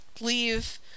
leave